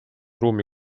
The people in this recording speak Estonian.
ruumi